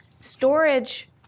storage